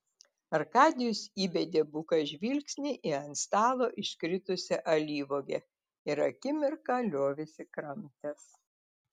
arkadijus įbedė buką žvilgsnį į ant stalo iškritusią alyvuogę ir akimirką liovėsi kramtęs